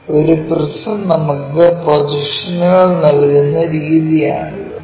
ഒരു പ്രിസം നമുക്ക് പ്രൊജക്ഷനുകൾ നൽകുന്ന രീതിയാണിത്